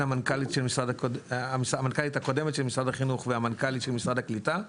המנכ"לית הקודמת של משרד החינוך והמנכ"לית של משרד הקליטה,